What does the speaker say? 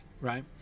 right